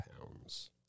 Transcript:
pounds